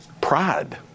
Pride